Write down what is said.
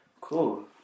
cool